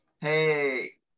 hey